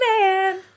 man